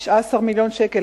19 מיליון שקל,